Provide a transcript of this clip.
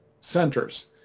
centers